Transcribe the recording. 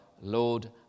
Lord